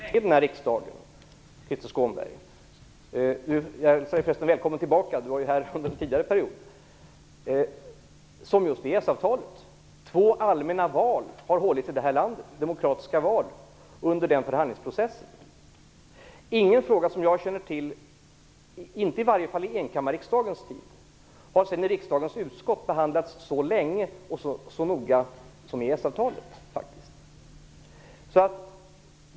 Fru talman! Få politiska frågor har diskuterats så länge i denna riksdag som just EES-avtalet, Krister Skånberg, som jag förresten får hälsa välkommen tillbaka. Krister Skånberg var ju med i riksdagen tidigare under en period. Två allmänna demokratiska val har hållits i det här landet under förhandlingsprocessen. Ingen fråga - såvitt jag känner till, i alla fall inte under enkammarriksdagens tid - har i riksdagens utskott behandlats så länge och så noga som EES-avtalet.